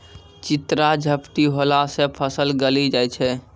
चित्रा झपटी होला से फसल गली जाय छै?